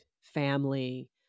family